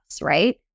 right